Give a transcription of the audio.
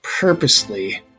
purposely